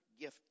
gift